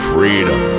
Freedom